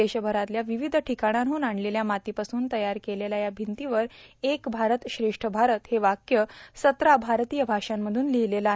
देशभरातल्या र्वावध ठिकाणाहून आणलेल्या मातीपासून तयार केलेल्या या भिंतीवर एक भारत श्रेष्ठ भारत हे वाक्य सतरा भारतीय भाषांमधून र्लाहलेलं आहे